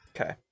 Okay